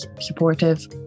supportive